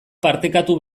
partekatu